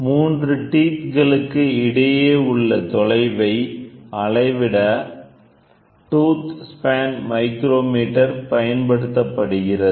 3 teeth களுக்கு இடையே உள்ள தொலைவை அளவிட டூத் ஸ்பேன் மைக்ரோமீட்டர் பயன்படுத்தப்படுகிறது